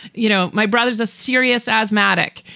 you know, my brother's a serious asthmatic,